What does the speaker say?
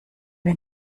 wir